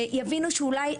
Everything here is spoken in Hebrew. שיבינו שאולי,